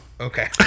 Okay